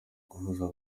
guhuza